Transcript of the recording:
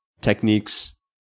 techniques